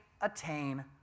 attain